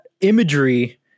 imagery